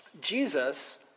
Jesus